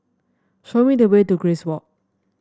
show me the way to Grace Walk